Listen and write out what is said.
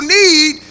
need